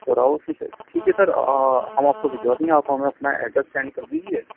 تو روہو فش ہے ٹھیک ہے سر ہم آپ کو بجھوا دیں گے آپ ہمیں اپنا ایڈریس سینڈ کر دیجیے